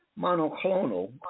Monoclonal